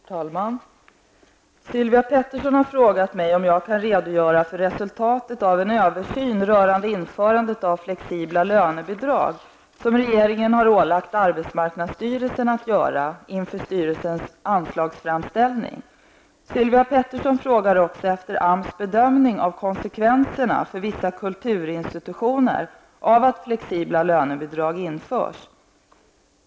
Herr talman! Sylvia Pettersson har frågat mig om jag kan redogöra för resultatet av en översyn rörande införandet av flexibla lönebidrag, som regeringen har ålagt arbetsmarknadsstyrelsen att göra inför styrelsens anslagsframställning. Sylvia Pettersson frågar också efter AMS bedömning av konsekvenserna för vissa kulturinstitutioner av att flexibla lönebidrag införs.